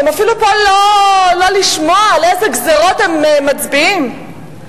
הם אפילו לא פה כדי לשמוע על איזה גזירות הם מצביעים ואיך